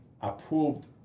approved